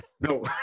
No